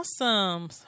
Awesome